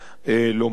לומר כך.